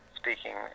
speaking